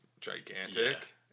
gigantic